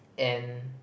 and